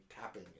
tapping